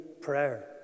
prayer